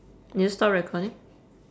did you stop recording